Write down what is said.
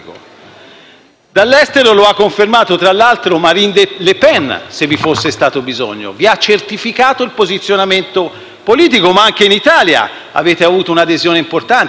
Dall'estero lo ha confermato tra l'altro Marine Le Pen, se vi fosse stato bisogno: vi ha certificato il posizionamento politico. Ma anche in Italia avete avuto un'adesione importante, quella